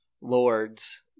Lords